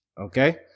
Okay